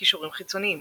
קישורים חיצוניים